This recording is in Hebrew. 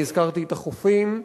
אני הזכרתי את החופים.